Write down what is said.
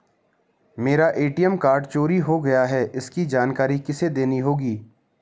मेरा ATM card चोरी हो गया है इसकी जानकारी किसे देनी होगी?